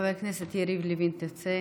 חבר הכנסת יריב לוין, תרצה?